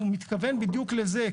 הוא מתכוון בדיוק לזה,